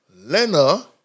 Lena